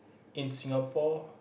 in Singapore